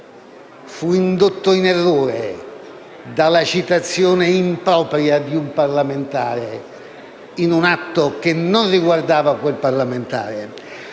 fu indotto in errore dalla citazione impropria di un parlamentare in un atto che non riguardava quel parlamentare.